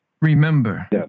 Remember